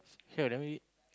sure you let me